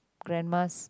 grandma's